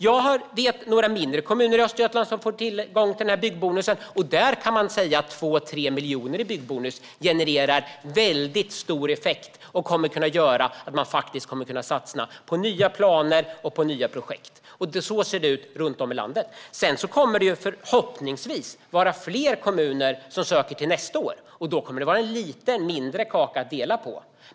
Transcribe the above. Jag vet några mindre kommuner i Östergötland som får tillgång till byggbonusen. Där ger 2-3 miljoner i byggbonus väldigt stor effekt och gör så att man kommer att kunna satsa på nya planer och nya projekt. Så ser det ut runt om i landet. Sedan kommer förhoppningsvis fler kommuner att söka nästa år. Då blir det en lite mindre kaka att dela på.